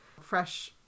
fresh